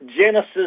Genesis